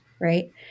right